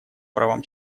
правам